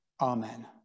Amen